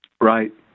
Right